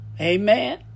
Amen